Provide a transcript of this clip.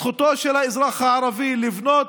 זכותו של האזרח הערבי לבנות,